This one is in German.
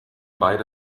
beide